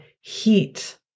heat